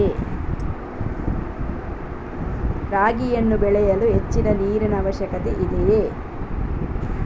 ರಾಗಿಯನ್ನು ಬೆಳೆಯಲು ಹೆಚ್ಚಿನ ನೀರಿನ ಅವಶ್ಯಕತೆ ಇದೆಯೇ?